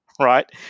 Right